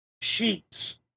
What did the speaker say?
Sheets